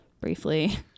briefly